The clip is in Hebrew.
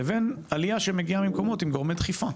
לבין עלייה שמגיעה ממקומות עם גורמי דחיפה.